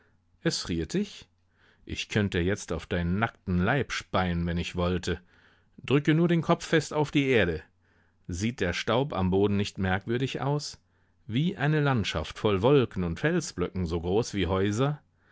es friert dich ich könnte jetzt auf deinen nackten leib speien wenn ich wollte drücke nur den kopf fest auf die erde sieht der staub am boden nicht merkwürdig aus wie eine landschaft voll wolken und felsblöcken so groß wie häuser